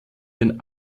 den